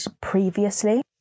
previously